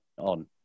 on